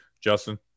Justin